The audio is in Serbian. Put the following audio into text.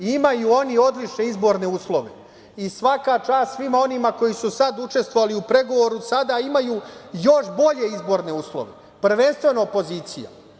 Imaju oni odlične izborne uslove i svaka čast svima onima koji su sad učestvovali u pregovoru, sada imaju još bolje izborne uslove, prvenstveno opozicija.